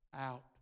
out